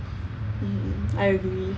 mm I agree